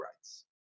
rights